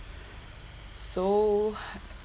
so